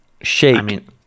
shape